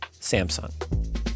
Samsung